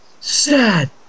sad